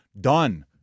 done